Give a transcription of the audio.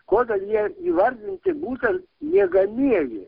kodėl jie įvardinti būtent miegamieji